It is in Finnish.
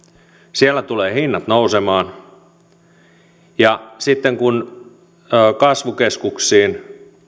siellä tulee hinnat nousemaan ja sitten kun kasvukeskuksiin